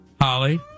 Holly